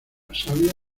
sabia